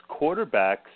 Quarterbacks